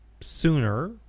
sooner